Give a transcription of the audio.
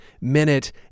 minute